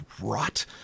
rot